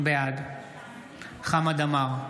בעד חמד עמאר,